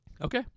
Okay